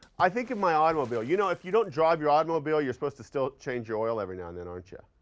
i think in my automobile, you know, if you don't drive your automobile, you're supposed to still change your oil every now and then, aren't yeah